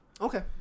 Okay